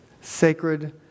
Sacred